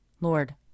Lord